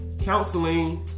Counseling